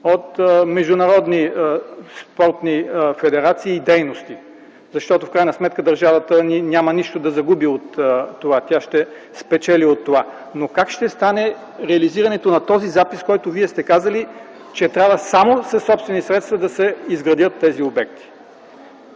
от международни спортни федерации и дейности. В крайна сметка държавата ни няма нищо да загуби от това, а ще спечели. Но как ще стане реализирането на този запис, с който вие сте казали, че само със собствени средства трябва да се изградят тези обекти?